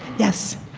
yes?